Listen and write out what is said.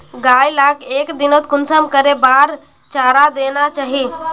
गाय लाक एक दिनोत कुंसम करे बार चारा देना चही?